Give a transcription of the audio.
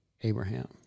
Abraham